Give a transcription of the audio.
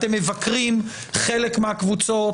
אתם מבקרים חלק מהקבוצות,